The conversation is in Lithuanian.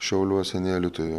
šiauliuose nei alytuje